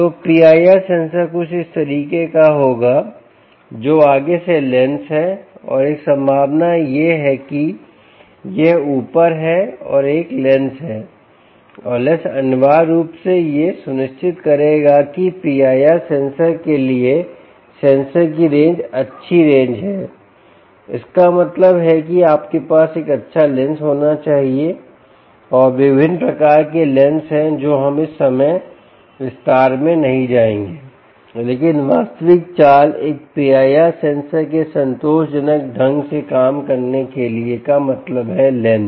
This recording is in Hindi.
तो PIR सेंसर कुछ इस तरह का होगा जो आगे से लेंस हैं और एक संभावना है कि यह ऊपर है और एक लेंस है और लेंस अनिवार्य रूप से यह सुनिश्चित करेगा कि PIR सेंसर के लिए सेंसर की रेंज अच्छी रेंज है इसका मतलब है कि आपके पास एक अच्छा लेंस होना चाहिए और विभिन्न प्रकार के लेंस हैं जो हम इस समय विस्तार में नहीं जाएंगे लेकिन वास्तविक चाल एक PIR सेंसर के संतोषजनक ढंग से काम करने के लिए का मतलब है लेंस